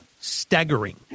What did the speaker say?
staggering